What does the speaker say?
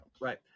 right